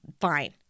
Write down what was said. fine